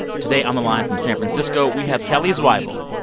today on the line from san francisco, we have kelly zweibel.